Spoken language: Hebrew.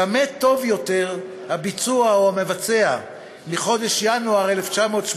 במה טוב יותר הביצוע או המבצע מחודש ינואר 1985